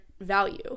value